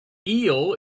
eel